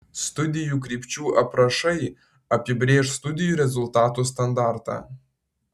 studijų krypčių aprašai apibrėš studijų rezultatų standartą